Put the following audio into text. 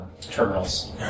terminals